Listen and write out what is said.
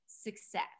success